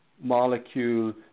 molecule